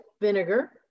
vinegar